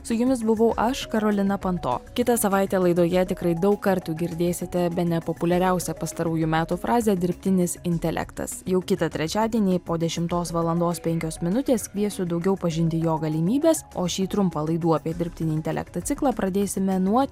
su jumis buvau aš karolina panto kitą savaitę laidoje tikrai daug kartų girdėsite bene populiariausią pastarųjų metų frazę dirbtinis intelektas jau kitą trečiadienį po dešimtos valandos penkios minutės kviesiu daugiau pažinti jo galimybes o šį trumpą laidų apie dirbtinį intelektą ciklą pradėsime nuo